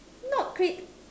not pig